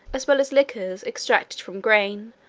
as well as liquors extracted from grain,